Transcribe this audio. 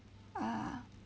ah